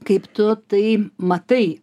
kaip tu tai matai